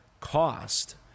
cost